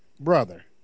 brother